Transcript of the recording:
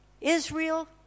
Israel